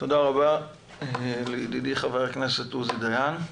תודה רבה לידידי ח"כ עוזי דיין.